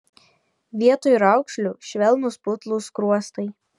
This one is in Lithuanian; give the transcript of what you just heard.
vietoj raukšlių švelnūs putlūs skruostai